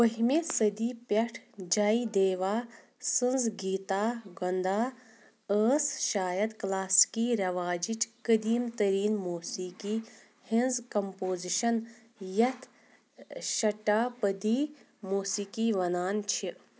بٔہہ مہِ صٔدی پیٚٹھ جے دیوا سٕنٛز گیٖتا گۅنٛدا ٲس شایَد کلاسیکی ریٚواجِچ قٔدیٖم تٔریٖن موسیٖقی ہِنٛز کمپوزِیشن یَتھ شٹا پٔدی موسیٖقی ونان چھِ